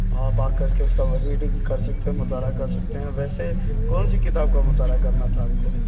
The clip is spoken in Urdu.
آپ آ کر کے سب ریڈنگ کر سکتے ہیں مطالعہ کر سکتے ہیں ویسے کون سی کتاب کا مطالعہ کرنا تھا آپ کو